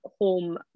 home